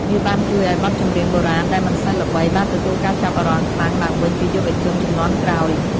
វាបានជួយឲ្យបទចម្រៀងបុរាណដែលមិនសូវល្បី បានទទួលការចាប់អារម្មណ៍ខ្លាំងឡើងវិញពីយុវជនជំនាន់ក្រោយ។